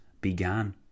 began